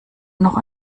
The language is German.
noch